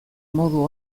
modu